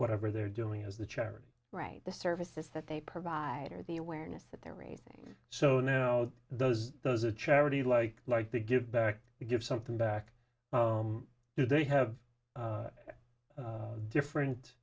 whatever they're doing as the charity right the services that they provide or the awareness that they're raising so now those those the charity like like to give back to give something back do they have different